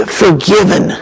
forgiven